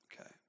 Okay